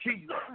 Jesus